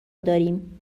داریم